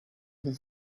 him